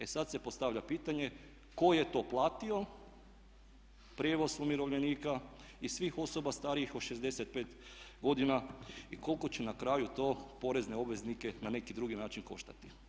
E sada se postavlja pitanje tko je to platio prijevoz umirovljenika i svih osoba starijih od 65 godina i koliko će na kraju to porezne obveznike na neki drugi način koštati.